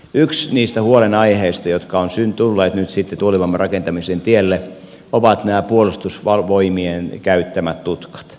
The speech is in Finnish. yksi niistä huolenaiheista jotka ovat tulleet nyt sitten tuulivoiman rakentamisen tielle ovat nämä puolustusvoimien käyttämät tutkat